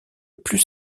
plus